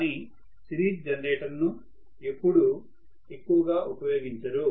కానీ సిరీస్ జెనరేటర్ను ఎప్పుడూ ఎక్కువగా ఉపయోగించరు